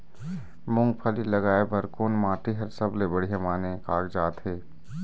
मूंगफली लगाय बर कोन माटी हर सबले बढ़िया माने कागजात हे?